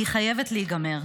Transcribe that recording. היא חייבת להיגמר.